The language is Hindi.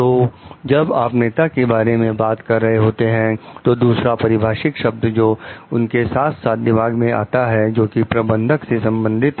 तो जब आप नेता के बारे में बात कर रहे होते हैं तो दूसरा परिभाषित शब्द जो उसके साथ साथ दिमाग में आता है जोकि प्रबंधक से संबंधित है